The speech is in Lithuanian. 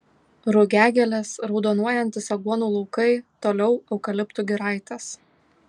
rugiagėlės raudonuojantys aguonų laukai toliau eukaliptų giraitės